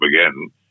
again